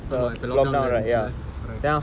ஆமா:aamaa lock down இருந்திச்சிலே:irunthuchillae correct